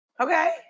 Okay